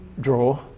draw